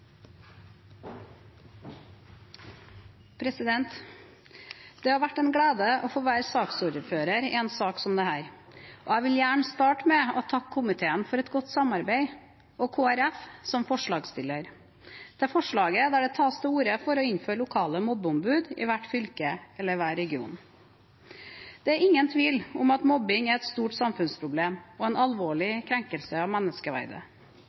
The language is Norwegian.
Det har vært en glede å få være saksordfører i en sak som dette. Jeg vil gjerne starte med å takke komiteen for et godt samarbeid og Kristelig Folkeparti som forslagsstiller til forslaget der det tas til orde for å innføre lokale mobbeombud i hvert fylke eller hver region. Det er ingen tvil om at mobbing er et stort samfunnsproblem og en alvorlig krenkelse av menneskeverdet.